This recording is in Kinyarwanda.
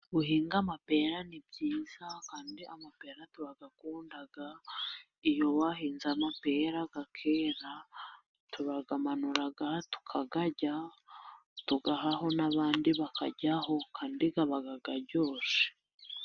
Guhinga amapera ni byiza kandi amapera turayakunda, iyo wahinze amapera, akera turayamanura tukayarya, tugahaho n'abandi bakaryaho, kandi aba aryoshe.